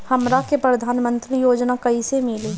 हमरा के प्रधानमंत्री योजना कईसे मिली?